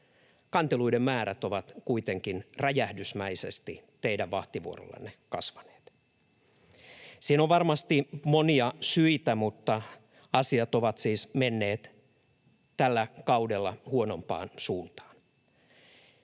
Kanteluiden määrät ovat kuitenkin räjähdysmäisesti teidän vahtivuorollanne kasvaneet. Siihen on varmasti monia syitä, mutta asiat ovat siis menneet tällä kaudella huonompaan suuntaan.